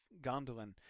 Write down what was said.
Gondolin